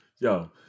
Yo